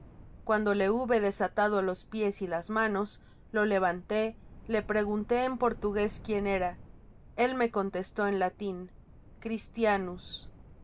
cuando le hube desatado los pies y las manos lo levanté lejpreguntó en portugués quién era el me contestó en latin christianus